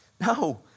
No